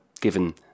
given